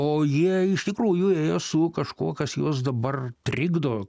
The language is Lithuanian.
o jie iš tikrųjų ėjo su kažkuo kas juos dabar trikdo